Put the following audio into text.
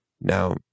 Now